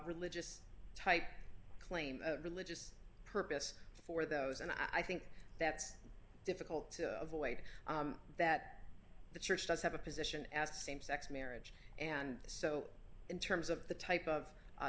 religious type claim religious purpose for those and i think that's difficult to avoid that the church does have a position as to same sex marriage and so in terms of the type of